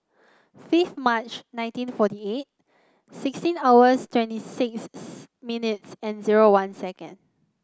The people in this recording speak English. fifth March nineteen forty eight sixteen hours twenty six minutes and zero one second